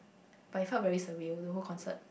but it felt very surreal the whole concert